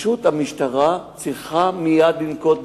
המשטרה צריכה מייד לנקוט צעדים: